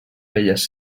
velles